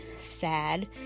sad